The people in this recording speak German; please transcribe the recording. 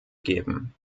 geben